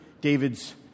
David's